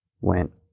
went